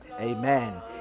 amen